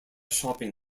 shopping